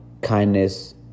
kindness